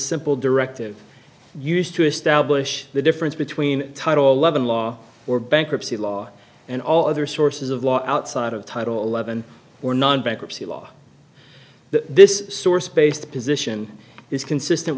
simple directive used to establish the difference between title eleven law or bankruptcy law and all other sources of law outside of title eleven or non bankruptcy law that this source based position is consistent